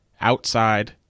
Outside